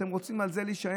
אתם רוצים על זה להישען.